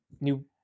new